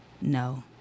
no